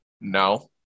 No